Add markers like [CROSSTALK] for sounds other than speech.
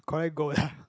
collect gold [BREATH] lah